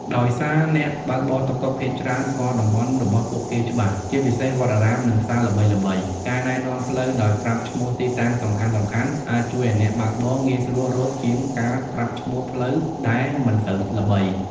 ដោយសារអ្នកបើកបរតុកតុកភាគច្រើនស្គាល់តំបន់របស់ពួកគេច្បាស់ ជាពិសេសវត្តអារាម និងផ្សារល្បីៗ ការណែនាំផ្លូវដោយប្រាប់ឈ្មោះទីតាំងសំខាន់ៗ អាចជួយឱ្យអ្នកបើកបរងាយស្រួលរកជាងការប្រាប់ឈ្មោះផ្លូវដែលមិនសូវល្បី។